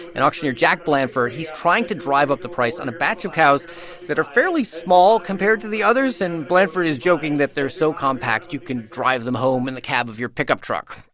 and auctioneer jack blandford he's trying to drive up the price on a batch of cows that are fairly small compared to the others. and blandford is joking that they're so compact you can drive them home in the cab of your pickup truck.